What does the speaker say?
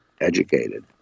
educated